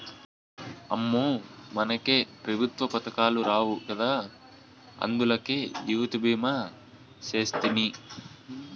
అమ్మో, మనకే పెఋత్వ పదకాలు రావు గదా, అందులకే జీవితభీమా సేస్తిని